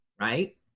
right